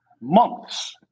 months